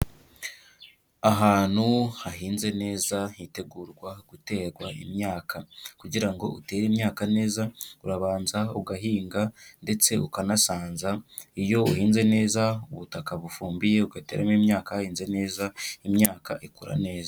Ahantu hahinze neza, hitegurwa guterwa imyaka kugira ngo utere imyaka neza, urabanza ugahinga ndetse ukanasanza, iyo uhinze neza ubutaka bufumbiye, ugateramo imyaka hahinze neza, imyaka ikura neza.